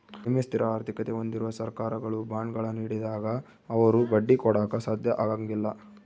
ಕಡಿಮೆ ಸ್ಥಿರ ಆರ್ಥಿಕತೆ ಹೊಂದಿರುವ ಸರ್ಕಾರಗಳು ಬಾಂಡ್ಗಳ ನೀಡಿದಾಗ ಅವರು ಬಡ್ಡಿ ಕೊಡಾಕ ಸಾಧ್ಯ ಆಗಂಗಿಲ್ಲ